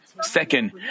Second